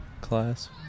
class